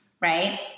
right